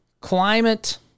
climate